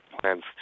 plans